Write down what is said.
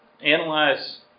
Analyze